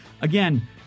again